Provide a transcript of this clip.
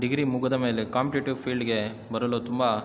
degree ಮುಗಿದ ಮೇಲೆ competitive ಫೀಲ್ಡ್ಗೆ ಬರಲು ತುಂಬ